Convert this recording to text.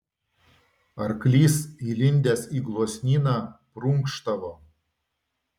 arklys įlindęs į gluosnyną prunkštavo